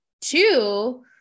Two